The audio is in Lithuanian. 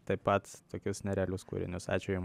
tai pat tokius nerealius kūrinius ačiū jum